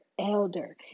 elder